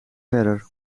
verder